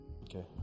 Okay